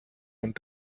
und